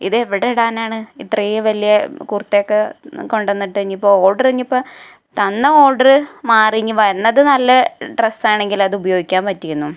ഇത് എവിടെ ഇടാനാണ് ഇത്രയും വലിയ കുർത്ത ഒക്കെ കൊണ്ട് വന്നിട്ട് ഇനി ഇപ്പോൾ ഓർഡറ് ഇനി ഇപ്പോൾ തന്ന ഓർഡറ് മാറി ഇനി വരുന്നത് നല്ല ഡ്രസ്സ് ആണെങ്കിൽ അത് ഉപയോഗിക്കാൻ പറ്റിയിരുന്നു